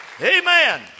Amen